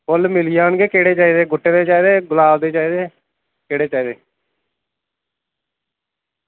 फुल्ल मिली जान गे केह्ड़े चाहिदे गुट्टे दे चाहिदे गलाब दे चाहिदे केह्ड़े चाहिदे